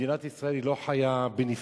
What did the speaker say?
מדינת ישראל לא חיה בנפרד,